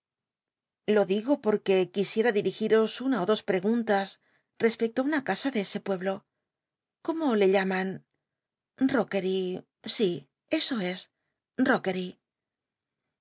lo digo porque quisiera dirigitos una ó dos preguntas respecto á una casa de ese pueblo cómo le llaman uookery si eso es